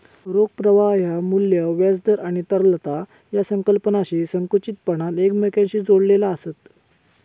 रोख प्रवाह ह्या मू्ल्य, व्याज दर आणि तरलता या संकल्पनांशी संकुचितपणान एकमेकांशी जोडलेला आसत